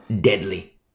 deadly